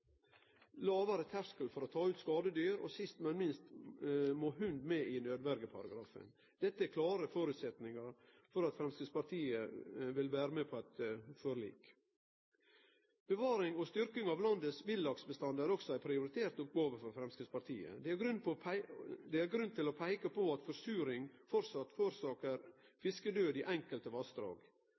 lågare terskel for å ta ut skadedyr og sist, men ikkje minst; hund må med i naudverjeparagrafen Dette er dei klare føresetnadene for at Framstegspartiet vil kunne vere med på eit forlik. Bevaring og styrking av landets villaksbestandar er også ei prioritert oppgåve for Framstegspartiet. Det er grunn til å peike på at forsuring framleis forårsakar fiskedød i enkelte vassdrag.